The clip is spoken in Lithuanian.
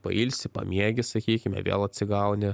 pailsi pamiegi sakykime vėl atsigauni